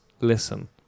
listen